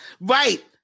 Right